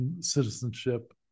citizenship